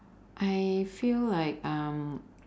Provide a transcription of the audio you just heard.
I feel like um